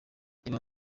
reba